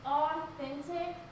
authentic